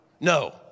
No